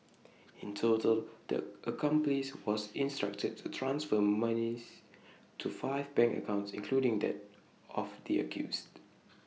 in total the accomplice was instructed to transfer monies to five bank accounts including that of the accused